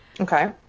Okay